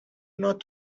not